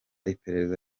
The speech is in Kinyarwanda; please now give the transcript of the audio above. iperereza